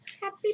Happy